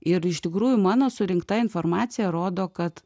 ir iš tikrųjų mano surinkta informacija rodo kad